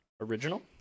original